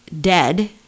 dead